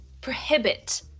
prohibit